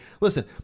listen